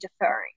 deferring